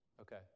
Okay